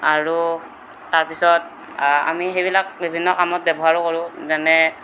আৰু তাৰপিছত আমি সেইবিলাক বিভিন্ন কামত ব্যৱহাৰো কৰোঁ যেনে